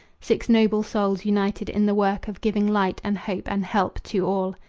six noble souls united in the work of giving light and hope and help to all.